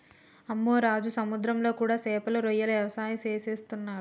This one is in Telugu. అమ్మె రాజు సముద్రంలో కూడా సేపలు రొయ్యల వ్యవసాయం సేసేస్తున్నరు